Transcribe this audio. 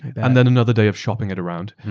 and then another day of shopping at around.